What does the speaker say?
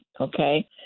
okay